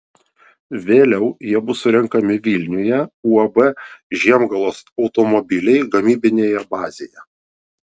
vėliau jie bus surenkami vilniuje uab žiemgalos automobiliai gamybinėje bazėje